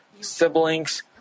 siblings